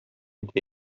итә